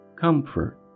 comfort